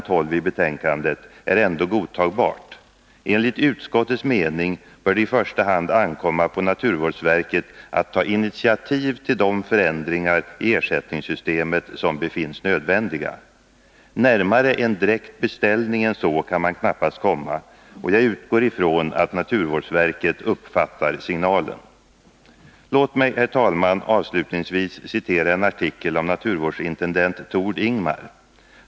12ibetänkandet är ändå godtagbart: ”Enligt utskottets mening bör det i första hand ankomma på naturvårdsverket att ta initiativ till de förändringar i ersättningssystemet som befinns nödvändiga.” Närmare en direkt beställning än så kan man knappast komma, och jag utgår från att naturvårdsverket uppfattar signalen. Låt mig, herr talman, avslutningsvis citera en artikel av naturvårdsintendent Tord Ingmar.